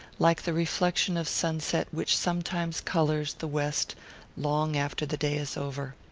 like the reflection of sunset which sometimes colours the west long after the day is over.